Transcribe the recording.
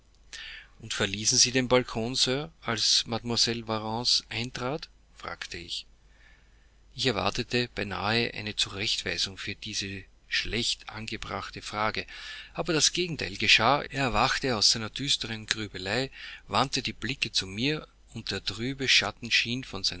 und verließen sie den balkon sir als mademoiselle varens eintrat fragte ich ich erwartete beinahe eine zurechtweisung für diese schlecht angebrachte frage aber das gegenteil geschah er erwachte aus seiner düsteren grübelei wandte die blicke zu mir und der trübe schatten schien von